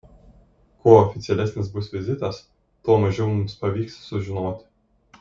kuo oficialesnis bus vizitas tuo mažiau mums pavyks sužinoti